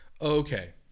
Okay